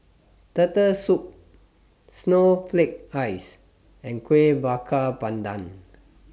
Turtle Soup Snowflake Ice and Kueh Bakar Pandan